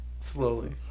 Slowly